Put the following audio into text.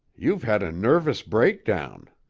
you've had a nervous breakdown.